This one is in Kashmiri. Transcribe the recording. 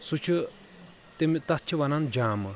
سُہ چھُ تمہِ تتھ چھِ ونان جامہٕ